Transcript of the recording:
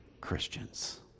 Christians